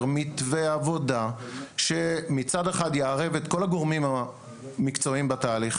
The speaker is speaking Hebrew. מתווה עבודה שמצד אחד יערב את כל הגורמים המקצועיים בתהליך